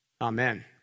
Amen